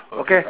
okay